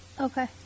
Okay